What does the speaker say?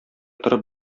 торып